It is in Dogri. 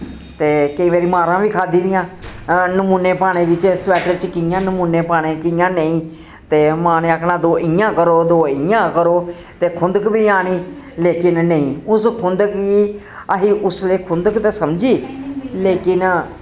ते केई बारी मारां वी खादी दियां नमुन्ने पाने बिच्च स्वैटर च कियां नमुन्ने पाने कियां नेईं ते मां नै आखनां दो इ'यां करो दो इ'यां करो ते खुंदक वी आनी लेकिन नेईं उस खुंदक गी असी उसले खुंदक ते समझी लेकिन